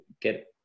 get